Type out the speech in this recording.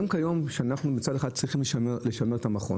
גם כיום, מצד אחד אנחנו צריכים לשמר את המכון.